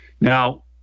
Now